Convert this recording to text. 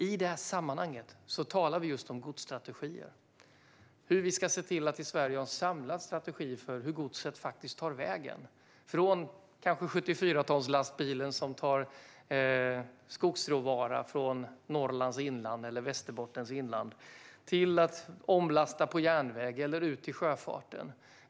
I det här sammanhanget talar vi om godsstrategier - hur vi ska se till att i Sverige ha en samlad strategi för godsets väg, kanske från 74-tonslastbilen som tar skogsråvara från Norrlands eller Västerbottens inland till att omlastas till järnväg eller till sjöfarten.